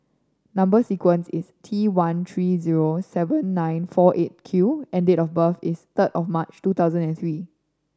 number sequence is T one three zero seven nine four Eight Q and date of birth is third of March two thousand and three